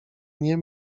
nie